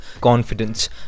confidence